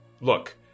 Look